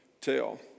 tell